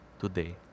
today